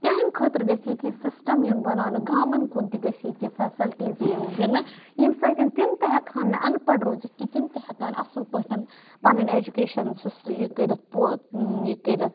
تِہٕنٛد خٲطرٕ گَژھِ یہِ کینٛہہ سِسٹَم یُن بَناونہٕ گامَن کُن تہِ گَژھِ یہِ فیسَلٹیٖز یِم دِنہٕ یمہِ سۭتۍ تِم تہِ ہیٚکہَن نہٕ اَنپَڑھ روٗزِتھ کینٛہہ تِم تہِ ہیٚکَن اصل پٲٹھۍ پَنٕنۍ ایٚجُکیشَن سِس یہِ کٔرِتھ پو یہِ کٔرِتھ